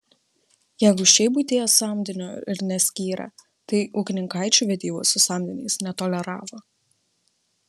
jeigu šiaip buityje samdinių ir neskyrę tai ūkininkaičių vedybų su samdiniais netoleravo